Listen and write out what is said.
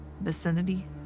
Vicinity